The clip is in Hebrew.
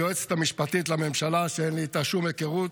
היועצת המשפטית לממשלה, שאין לי איתה שום היכרות,